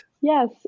Yes